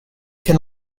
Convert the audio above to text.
can